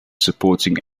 supporting